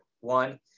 One